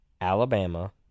Alabama